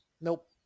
Nope